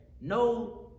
no